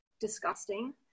disgusting